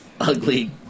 ugly